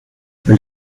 will